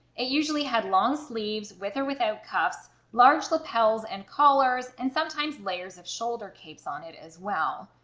it usually had long sleeves, with or without cuffs, large lapels and collars and sometimes layers of shoulder capes on it as well.